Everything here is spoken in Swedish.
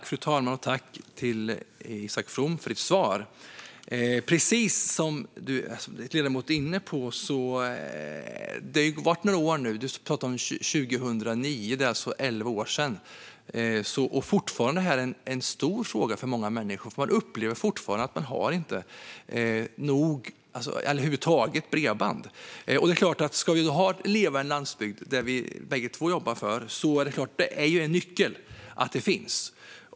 Fru talman! Tack, Isak From, för ditt svar! Det är precis så som ledamoten är inne på. Det har nu gått några år. Du pratar om 2009. Det är alltså elva år sedan, och fortfarande är detta en stor fråga för många människor. De upplever fortfarande att de inte har nog med bredband eller att de över huvud taget inte har bredband. Ska vi ha en levande landsbygd, som vi bägge två jobbar för, är det klart att det är en nyckel att detta finns.